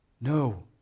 No